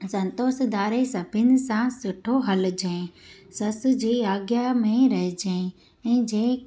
संतोष धारे सभिनि सां सुठो हलजांइ ससु जी आॻियां में रहजांइ ऐं जंहिं